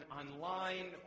online